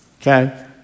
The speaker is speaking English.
Okay